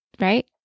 right